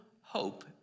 hope